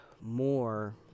more